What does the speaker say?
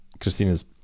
christina's